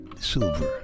silver